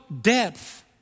depth